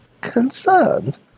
Concerned